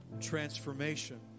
transformation